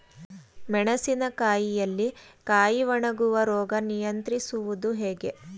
ಮೆಣಸಿನ ಕಾಯಿಯಲ್ಲಿ ಕಾಯಿ ಒಣಗುವ ರೋಗ ನಿಯಂತ್ರಿಸುವುದು ಹೇಗೆ?